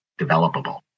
developable